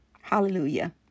Hallelujah